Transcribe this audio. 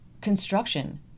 construction